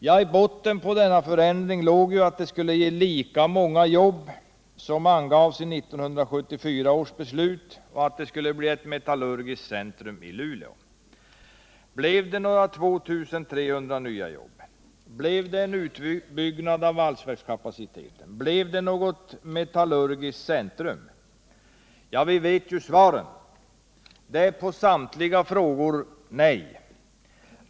I botten låg att denna förändring skulle ge lika många arbetstillfällen som vad som angavs i 1974 års beslut och att det skulle bli ett metallurgiskt centrum i Luleå. Blev det 2 300 nya jobb? Blev det en utbyggnad av valsverkskapaciteten? Blev det något metallurgiskt centrum? Vi vet svaren. De är på samtliga frågor nej.